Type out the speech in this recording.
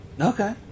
Okay